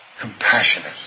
compassionate